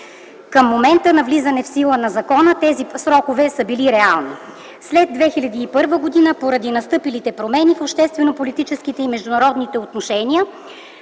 Към момента на влизане в сила на закона тези срокове са били реални. След 2001 г., поради настъпилите промени в обществено политическите и международните отношения